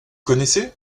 connaissez